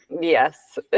Yes